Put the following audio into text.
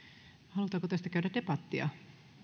halutaanko tästä käydä debattia